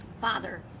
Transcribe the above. father